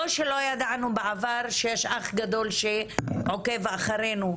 לא שלא ידענו בעבר שיש אח גדול שעוקב אחרינו,